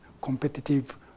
competitive